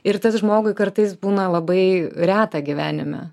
ir tas žmogui kartais būna labai reta gyvenime